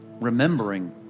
remembering